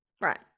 Right